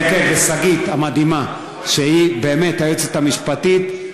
כן, כן, ושגית המדהימה, שהיא היועצת המשפטית.